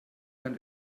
hören